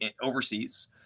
overseas